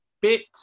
bit